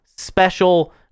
special